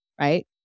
right